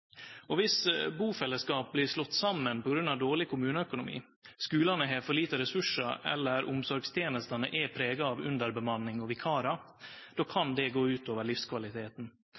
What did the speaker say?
liv. Viss bufellesskap blir slått saman på grunn av dårleg kommuneøkonomi, skulane har for lite ressursar eller omsorgstenestene er prega av underbemanning og vikarar, kan det gå ut over livskvaliteten.